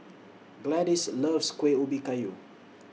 Gladyce loves Kueh Ubi Kayu